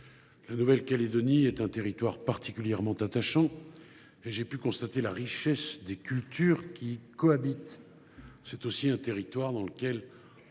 La Nouvelle Calédonie est un territoire particulièrement attachant et j’ai pu constater la richesse des cultures qui y cohabitent. C’est aussi un territoire dans lequel le